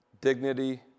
dignity